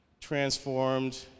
transformed